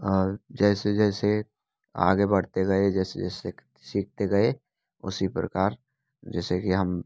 और जैसे जैसे आगे बढ़ते गए जैसे जैसे सीखते गए उसी प्रकार जैसे कि हम